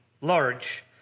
large